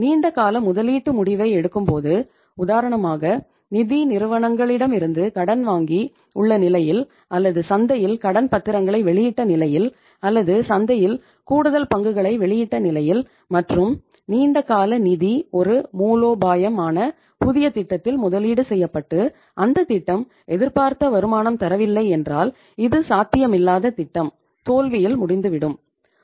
நீண்ட கால முதலீட்டு முடிவை எடுக்கும்போது உதாரணமாக நிதி நிறுவனங்களிடமிருந்து கடன் வாங்கி உள்ள நிலையில் அல்லது சந்தையில் கடன் பத்திரங்களை வெளியிட்ட நிலையில் அல்லது சந்தையில் கூடுதல் பங்குகளை வெளியிட்ட நிலையில் மற்றும் நீண்ட கால நிதி ஒரு மூலோபாயம் ஆன புதிய திட்டத்தில் முதலீடு செய்யப்பட்டு அந்தத் திட்டம் எதிர்பார்த்த வருமானம் தரவில்லை என்றால் இது சாத்தியமில்லாத திட்டம் தோல்வியில் முடிந்துவிட்டது